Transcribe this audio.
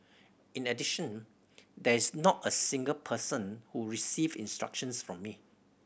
in addition there is not a single person who received instructions from me